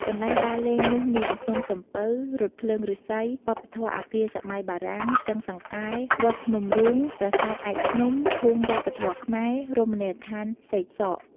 កន្លែងដើរលេងនោះមាន ភ្នំសំពៅ រថភ្លើងឫស្សី វប្បធម៌អគារសម័យបារាំង ស្ទឹងសង្កែ វត្តភ្នំរូង ប្រាសាទឯកភ្នំ ភូមិវប្បធម៌ខ្មែរ រមណីយដ្ឋានសេកសក។